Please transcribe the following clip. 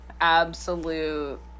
absolute